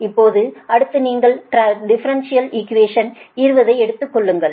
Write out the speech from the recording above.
இப்போது அடுத்து நீங்கள் டிஃபரெண்ஷியல் இகுவேஸன் 20 ஐ எடுத்துக் கொள்ளுங்கள்